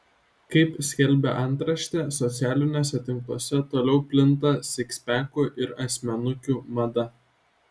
kaip skelbia antraštė socialiniuose tinkluose toliau plinta sikspekų ir asmenukių mada